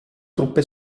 truppe